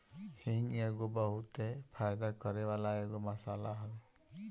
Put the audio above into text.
हिंग बहुते फायदा करेवाला एगो मसाला हवे